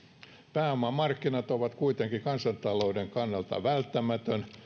pääomamarkkinat ovat kuitenkin kansantalouden kannalta välttämättömiä